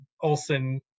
Olson